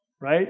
Right